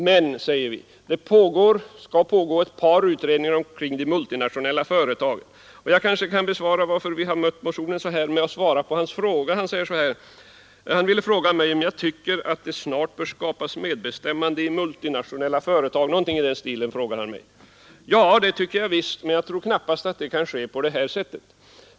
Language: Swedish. Men, säger vi, det skall pågå ett par utredningar rörande de multinationella företagen. Och jag kan kanske förklara varför vi har behandlat motionen på så sätt att vi besvarat herr Hugossons fråga. Herr Hugosson undrade om jag tycker att det snart bör skapas medbestämmanderätt i multinationella företag — någonting i den stilen var det. Ja, det tycker jag visst, men jag tror knappast att det kan ske på det här sättet.